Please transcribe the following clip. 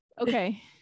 Okay